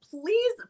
Please